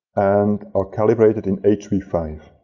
and are calibrated in h v five.